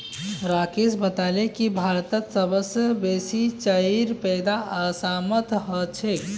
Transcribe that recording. राकेश बताले की भारतत सबस बेसी चाईर पैदा असामत ह छेक